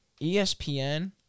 ESPN